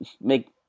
make